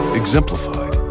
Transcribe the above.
exemplified